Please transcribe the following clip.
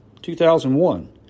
2001